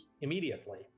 immediately